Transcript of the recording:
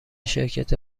شرکت